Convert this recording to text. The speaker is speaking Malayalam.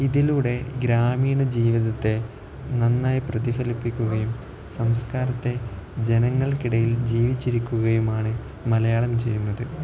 ഇതിലൂടെ ഗ്രാമീണ ജീവിതത്തെ നന്നായി പ്രതിഫലിപ്പിക്കുകയും സംസ്കാരത്തെ ജനങ്ങൾക്കിടയിൽ ജീവിപ്പിച്ചിരുത്തുകയുമാണ് മലയാളം ചെയ്യുന്നത്